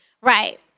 Right